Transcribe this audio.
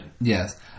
Yes